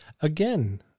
Again